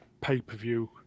pay-per-view